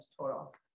total